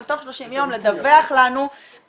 אבל תוך 30 יום לדווח לנו א.